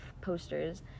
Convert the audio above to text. posters